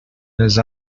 les